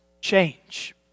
change